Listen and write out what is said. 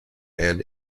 and